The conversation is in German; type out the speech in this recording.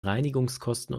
reinigungskosten